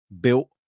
built